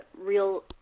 real